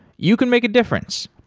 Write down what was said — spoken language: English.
you can make a difference.